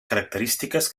característiques